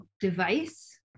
device